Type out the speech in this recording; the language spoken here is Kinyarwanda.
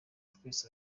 twese